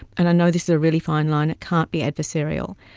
and, i know this is a really fine line, it can't be adversarial.